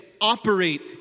operate